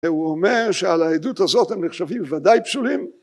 הוא אומר שעל העדות הזאת הם נחשבים ודאי פסולים